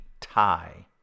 tie